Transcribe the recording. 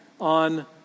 on